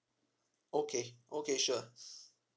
okay okay sure